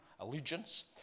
allegiance